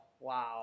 wow